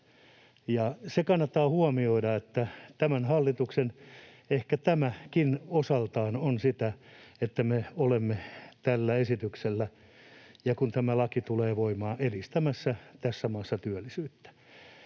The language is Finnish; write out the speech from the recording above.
Ja kannattaa huomioida, että ehkä tämäkin osaltaan on sitä, että tämä hallitus ja me olemme tällä esityksellä, kun tämä laki tulee voimaan, edistämässä tässä maassa työllisyyttä.